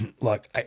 Look